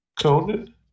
Conan